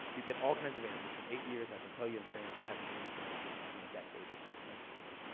you get all kinds of answers, from eight years, i can tell you in france, it hasn't changed in ah in a decade, last i heard the story.